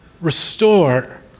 restore